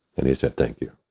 and he said, thank you.